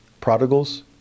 prodigals